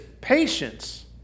patience